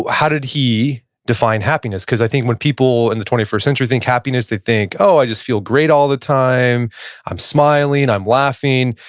how did he define happiness? because i think when people in the twenty first century think happiness, they think, oh, i just feel great all the time, i'm smiling, i'm laughing.